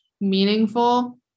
meaningful